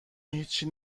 هیچی